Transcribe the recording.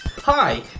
Hi